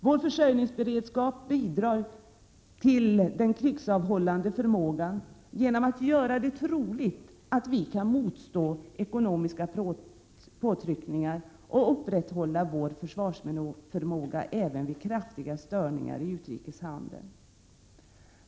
Vår försörjningsberedskap bidrar till den krigsavhållande förmågan genom att göra det troligt att vi kan motstå ekonomiska påtryckningar och upprätthålla vår försvarsförmåga även vid kraftiga störningar i utrikeshandeln.